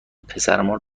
پسرمان